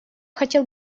хотел